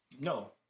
No